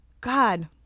God